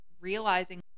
realizing